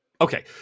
Okay